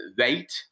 wait